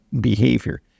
behavior